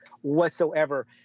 whatsoever